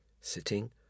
Sitting